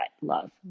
love